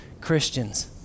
Christians